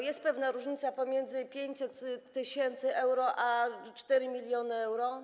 Jest różnica pomiędzy 500 tys. euro a 4 mln euro?